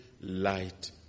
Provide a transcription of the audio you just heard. light